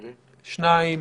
שניים.